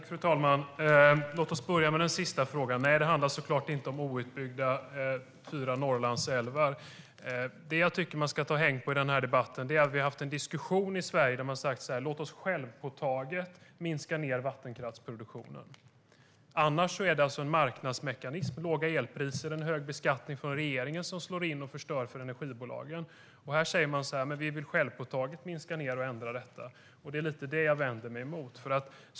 Fru talman! Låt oss börja med den sista frågan. Nej, det handlar såklart inte om de fyra outbyggda Norrlandsälvarna. Det vi ska ta fasta på i den här debatten är att vi i Sverige har haft en diskussion där vi har sagt att vi självpåtaget ska minska vattenkraftsproduktionen. Annars är det en marknadsmekanism med låga elpriser och en hög beskattning från regeringens sida som förstör för energibolagen, men här säger man alltså att man självpåtaget vill minska. Det vänder jag mig mot.